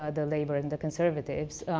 ah the labor and the conservatives,